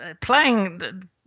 playing